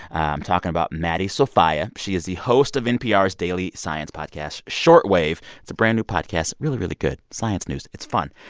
i'm talking about maddie sofia. she is the host of npr's daily science podcast short wave. it's a brand-new podcast really, really good. science news, it's fun.